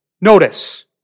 Notice